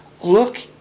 Look